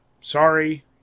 Sorry